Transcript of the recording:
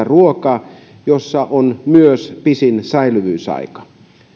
ruokaa jossa on myös pisin säilyvyysaika